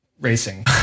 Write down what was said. racing